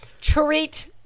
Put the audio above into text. treat